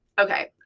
okay